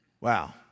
Wow